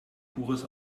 pures